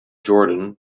jordan